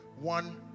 one